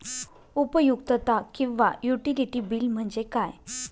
उपयुक्तता किंवा utility bill म्हणजे काय?